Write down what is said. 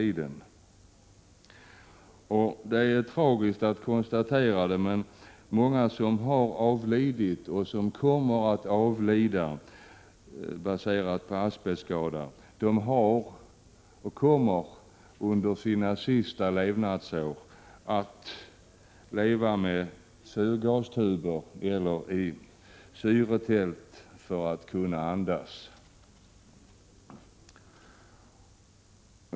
Det är tragiskt att konstatera det, men många som avlidit eller kommer att avlida på grund av en asbestskada måste tillbringa sina sista levnadsår med syrgastuber eller i syretält för att kunna andas.